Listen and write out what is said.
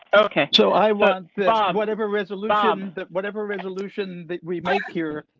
okay, so i want ah whatever resolution, um but whatever resolution that we make here.